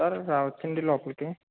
sir రావచ్చాండి లోపలికి